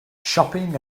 shopping